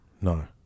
no